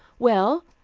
well,